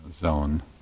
zone